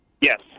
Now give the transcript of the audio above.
Yes